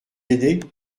aider